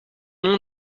nom